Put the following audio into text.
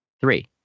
Three